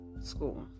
school